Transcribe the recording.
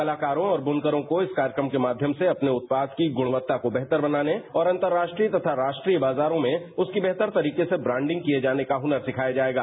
कलाकारों और ब्नकरों को इस कार्यक्रम के माध्यम से अपने उत्पाद की ग्णवत्ता को बेहतर बनाने और अंतराष्ट्रीय तथा राष्ट्रीय बाजारों में उसकी बेहतर तरीके से ब्रांडिंग किये जाने का हनर सिखाया जायेगा